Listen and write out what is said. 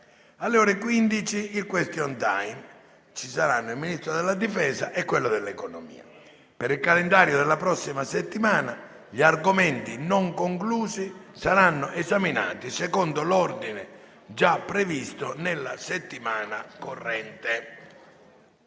si svolgerà il *question time*, con i Ministri della difesa e dell'economia. Per il calendario della prossima settimana, gli argomenti non conclusi saranno esaminati secondo l'ordine già previsto nella settimana corrente.